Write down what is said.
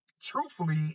truthfully